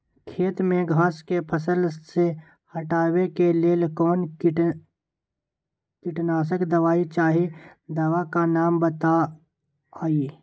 खेत में घास के फसल से हटावे के लेल कौन किटनाशक दवाई चाहि दवा का नाम बताआई?